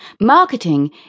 Marketing